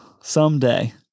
someday